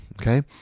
okay